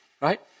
right